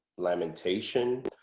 lamentation,